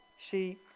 See